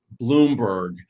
Bloomberg